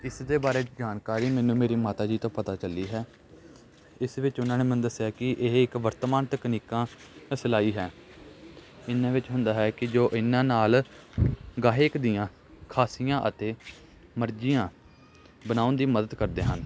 ਇਸਦੇ ਬਾਰੇ ਜਾਣਕਾਰੀ ਮੈਨੂੰ ਮੇਰੀ ਮਾਤਾ ਜੀ ਤੋਂ ਪਤਾ ਚੱਲੀ ਹੈ ਇਸ ਵਿੱਚ ਉਹਨਾਂ ਨੇ ਮੈਨੂੰ ਦੱਸਿਆ ਕਿ ਇਹ ਇੱਕ ਵਰਤਮਾਨ ਤਕਨੀਕਾਂ ਸਿਲਾਈ ਹੈ ਇਹਨਾਂ ਵਿੱਚ ਹੁੰਦਾ ਹੈ ਕਿ ਜੋ ਇਹਨਾਂ ਨਾਲ ਗਾਹਕ ਦੀਆਂ ਖਾਸੀਆਂ ਅਤੇ ਮਰਜ਼ੀਆਂ ਬਣਾਉਣ ਦੀ ਮਦਦ ਕਰਦੇ ਹਨ